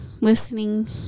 listening